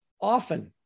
often